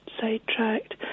sidetracked